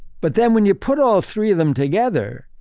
but then, when you put all three of them together,